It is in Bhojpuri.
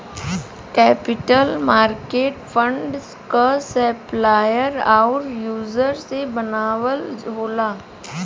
कैपिटल मार्केट फंड क सप्लायर आउर यूजर से बनल होला